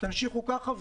המשיכו כך.